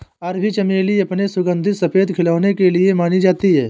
अरबी चमेली अपने सुगंधित सफेद खिलने के लिए जानी जाती है